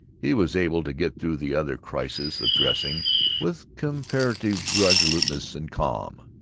he was able to get through the other crises of dressing with comparative resoluteness and calm.